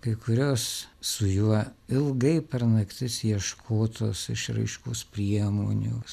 kai kurios su juo ilgai per naktis ieškotos išraiškos priemonių